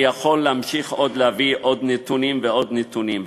אני יכול להמשיך ולהביא עוד נתונים ועוד נתונים,